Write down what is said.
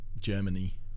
Germany